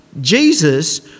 jesus